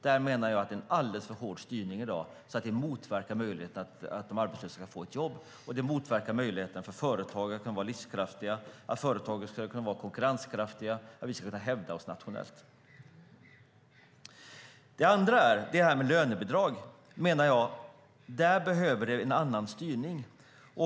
Där menar jag att det är en alldeles för hård styrning i dag. Det motverkar möjligheterna för de arbetslösa att få ett jobb. Det motverkar möjligheterna för företagen att kunna vara livskraftiga, att kunna vara konkurrenskraftiga så att vi ska kunna hävda oss nationellt. Lönebidrag behöver en annan styrning.